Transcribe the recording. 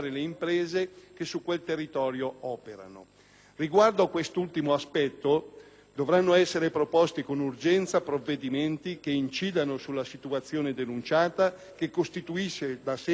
dovranno essere proposti con urgenza provvedimenti che incidano sulla situazione denunciata che costituisce da sempre una vera e propria emergenza. È stato rilevato come la difficoltà degli enti